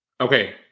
Okay